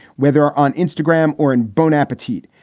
whether on instagram or in bon appetite,